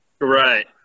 right